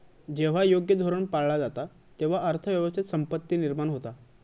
जेव्हा योग्य धोरण पाळला जाता, तेव्हा अर्थ व्यवस्थेत संपत्ती निर्माण होता